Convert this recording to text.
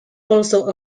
also